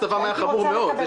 מצבם היה חמור מאוד.